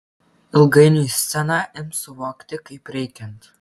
ilgainiui sceną ims suvokti kaip reikiant